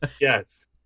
Yes